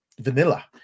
vanilla